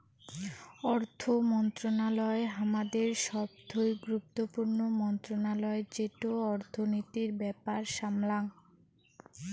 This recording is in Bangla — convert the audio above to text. অর্থ মন্ত্রণালয় হামাদের সবথুই গুরুত্বপূর্ণ মন্ত্রণালয় যেটো অর্থনীতির ব্যাপার সামলাঙ